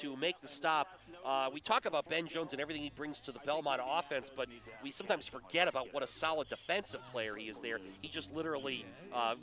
to make the stop we talk about ben jones and everything it brings to the belmont office but we sometimes forget about what a solid defensive player he is there and he just literally